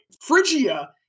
Phrygia